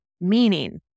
meaning